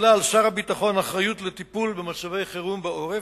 הוטלה על שר הביטחון אחריות לטיפול במצבי חירום בעורף,